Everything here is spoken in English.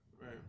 Right